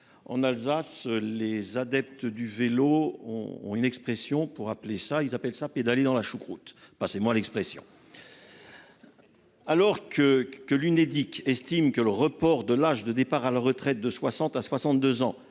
en Alsace les adeptes du vélo ont ont une expression pour appeler ça, ils appellent ça pédaler dans la choucroute, passez-moi l'expression. Alors que que l'Unédic estime que le report de l'âge de départ à la retraite de 60 à 62 ans